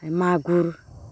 मागुर